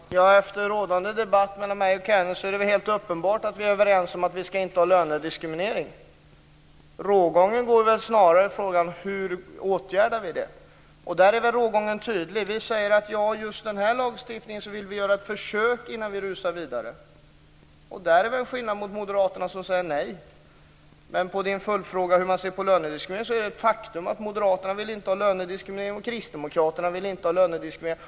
Fru talman! Efter rådande debatt mellan mig och Kent Olsson är det helt uppenbart att vi är överens om att inte ha lönediskriminering. Rågången går i frågan om hur vi åtgärdar detta. Där är rågången tydlig. Vi säger att vi vill göra ett försök innan vi rusar vidare i lagstiftningen. Moderaterna säger nej. Sedan har vi Camilla Sköld Janssons följdfråga om hur vi ser på lönediskriminering. Där är det ett faktum att moderaterna inte vill ha lönediskriminering, och kristdemokraterna vill inte ha lönediskriminering.